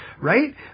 right